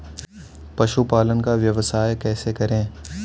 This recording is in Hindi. पशुपालन का व्यवसाय कैसे करें?